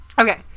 Okay